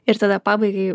ir tada pabaigai